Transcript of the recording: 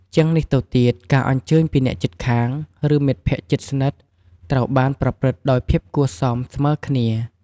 ជាងនេះទៅទៀត ការអញ្ជើញពីអ្នកជិតខាង ឬមិត្តភក្តិជិតស្និទ្ធត្រូវបានប្រព្រឹត្តដោយភាពគួរសមស្មើគ្នា។